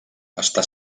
està